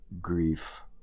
grief